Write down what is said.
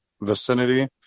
vicinity